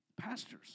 Pastors